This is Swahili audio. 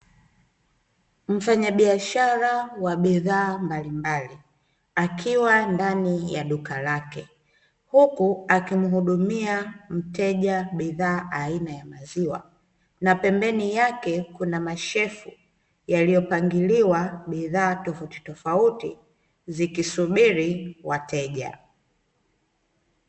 Mfanyabiashara wa bidhaa mbalimbali akiwa ndani ya duka lake huku akimuhudumia mteja bidhaa aina ya maziwa na pembeni yake kuna mashelfu yaliyopangiliwa bidhaa tofautitofauti zikisubiri wateja.